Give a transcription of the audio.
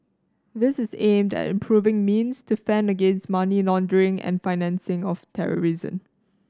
this is aimed at improving means to fend against money laundering and the financing of terrorism